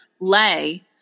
lay